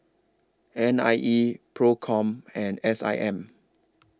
N I E PROCOM and S I M